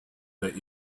that